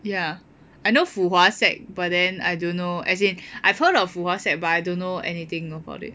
ya I know Fuhua sec but then I don't know as in I've heard of Fuhua sec but I don't know anything about it